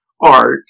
art